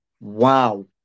wow